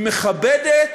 היא מכבדת